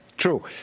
True